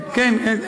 האם, הסכמי, כן כן.